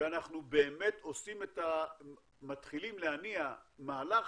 שאנחנו באמת מתחילים להניע מהלך